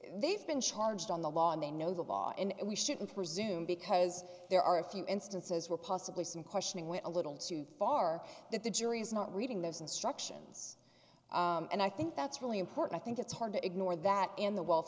they've been charged on the law and they know the law and we shouldn't presume because there are a few instances where possibly some questioning went a little too far that the jury's not reading those instructions and i think that's really important i think it's hard to ignore that in the wal